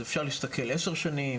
אז אפשר להסתכל 10 שנים,